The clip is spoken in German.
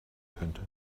könnte